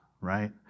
right